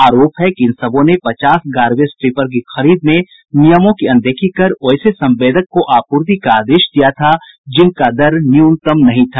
आरोप है कि इन सबों ने पचास गार्बेज ट्रिपर की खरीद में नियमों की अनदेखी कर वैसे संवेदक को आपूर्ति का आदेश दिया था जिनका दर न्यूनतम नहीं था